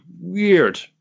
weird